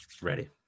Ready